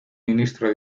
ministro